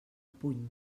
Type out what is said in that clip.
puny